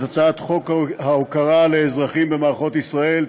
הצעת חוק הוקרה לאזרחים במערכות ישראל,